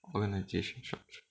我跟他解释一下